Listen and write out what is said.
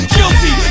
Guilty